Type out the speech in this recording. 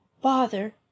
bother